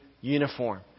uniform